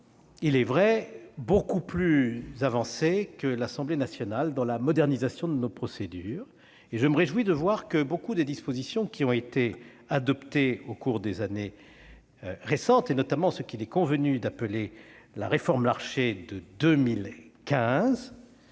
il est vrai, beaucoup plus avancés que l'Assemblée nationale dans la modernisation de nos procédures. Je me réjouis de constater que beaucoup de dispositions adoptées au cours des années récentes, notamment ce qu'il est convenu d'appeler la « réforme Larcher » de 2015,